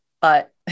but-